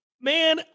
man